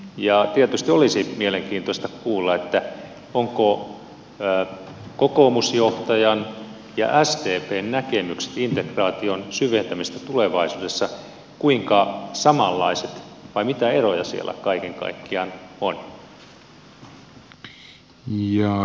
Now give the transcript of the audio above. ja tietysti olisi mielenkiintoista kuulla ovatko kokoomusjohtajan ja sdpn näkemykset integraation syventämisestä tulevaisuudessa kuinka samanlaiset vai mitä eroja siellä kaiken kaikkiaan on